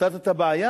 פתרת את הבעיה?